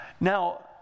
Now